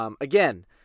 Again